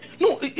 No